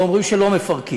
ואומרים שלא מפרקים,